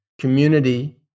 Community